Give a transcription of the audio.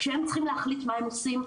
כשהם צריכים להחליט מה הם עושים,